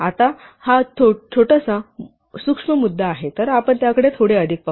आता हा थोडासा सूक्ष्म मुद्दा आहे तर आपण त्याकडे थोडे अधिक पाहू